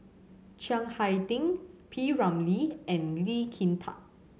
Chiang Hai Ding P Ramlee and Lee Kin Tat